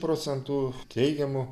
procentų teigiamų